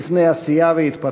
בפני עשייה והתפתחות.